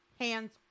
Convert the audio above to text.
hands